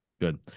Good